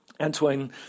Antoine